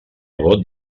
vot